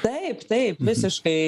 taip taip visiškai